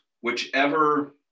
whichever